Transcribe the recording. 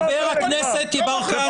חבר הכנסת יברקן,